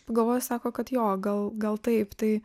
pagalvojo sako kad jo gal gal taip tai